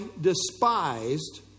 despised